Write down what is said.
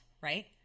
right